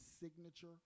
Signature